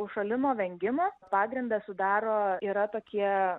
užšalimo vengimo pagrindą sudaro yra tokie